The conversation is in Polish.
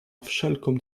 wszelką